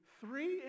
three